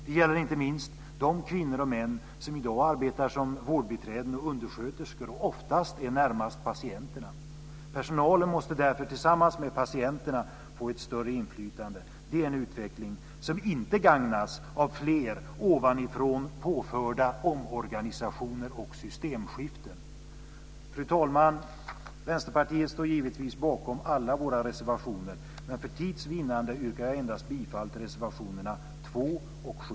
Det gäller inte minst de kvinnor och män som i dag arbetar som vårdbiträden och undersköterskor och oftast är närmast patienterna. Personalen måste därför tillsammans med patienterna få ett större inflytande. Det är en utveckling som inte gagnas av fler ovanifrån påförda omorganisationer och systemskiften. Fru talman! Vänsterpartiet står givetvis bakom alla sina reservationer, men för tids vinnande yrkar jag bifall endast till reservationerna 2 och 7.